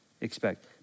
Expect